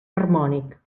harmònic